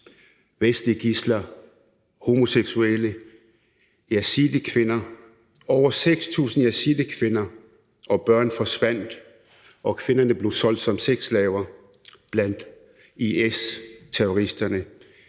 vestlige gidsler, homoseksuelle og yazidikvinder. Over 6.000 yazidikvinder og -børn forsvandt, og kvinderne blev solgt som sexslaver blandt IS-terroristerne.